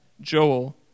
Joel